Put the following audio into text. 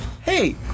hey